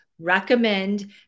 recommend